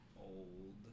old